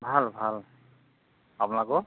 ভাল ভাল আপোনালোকৰ